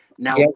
Now